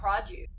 produce